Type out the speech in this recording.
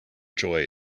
joy